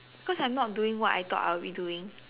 cause I'm not doing what I thought I'll be doing